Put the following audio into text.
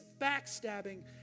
backstabbing